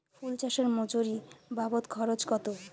ফুল চাষে মজুরি বাবদ খরচ কত?